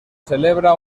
celebra